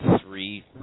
three